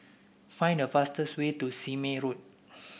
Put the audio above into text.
find the fastest way to Sime Road